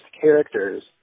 characters